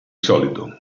solito